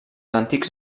antics